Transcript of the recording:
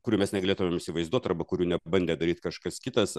kurių mes negalėtumėm įsivaizduot arba kurių nebandė daryt kažkas kitas